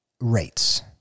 rates